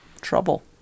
trouble